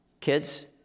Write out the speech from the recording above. Kids